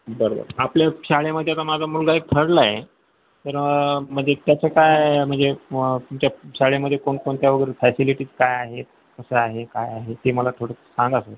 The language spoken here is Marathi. बरं बरं आपल्या शाळेमध्ये आता माझा मुलगा एक थर्डला आहे तर म्हणजे त्याचं काय म्हणजे मग तुमच्या शाळेमध्ये कोणकोणत्या वगैरे फॅसिलिटीज काय आहेत कसं आहे काय आहे ते मला थोडं सांगा सर